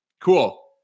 Cool